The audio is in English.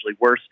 worse